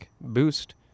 boost